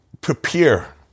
prepare